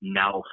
now